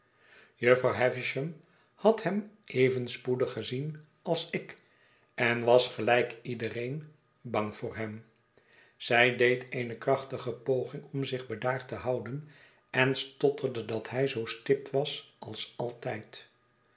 had hem even spoedig gezien als ik en was gelijk iedereen bang voor hem zij deed eene krachtige poging om zich bedaard te houden en stotterde dat hij zoo stipt was als altijd